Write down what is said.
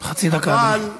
חצי דקה, אדוני.